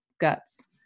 guts